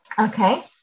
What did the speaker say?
Okay